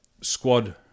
squad